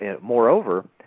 Moreover